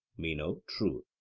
meno true.